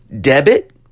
debit